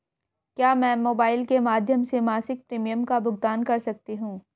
क्या मैं मोबाइल के माध्यम से मासिक प्रिमियम का भुगतान कर सकती हूँ?